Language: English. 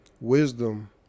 wisdom